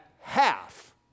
half